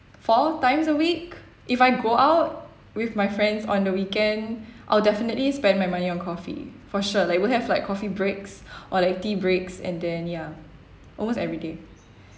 four times a week if I go out with my friends on the weekend I'll definitely spend my money on coffee for sure like we'll have like coffee breaks or like tea breaks and then ya almost everyday